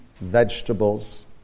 vegetables